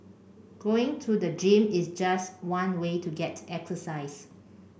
going to the gym is just one way to get exercise